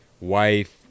wife